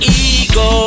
ego